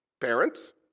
parents